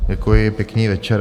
Děkuji, pěkný večer.